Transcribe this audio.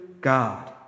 God